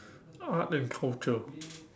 art and culture